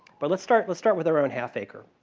but let's start let's start with our own half acre.